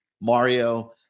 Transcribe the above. Mario